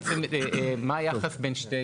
מה היחס בין שתי